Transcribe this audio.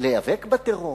להיאבק בטרור,